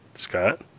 Scott